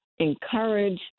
encourage